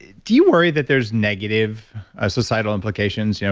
do you worry that there's negative societal implications? you know